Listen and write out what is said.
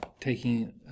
taking